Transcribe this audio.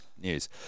news